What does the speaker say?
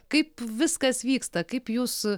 kaip viskas vyksta kaip jūs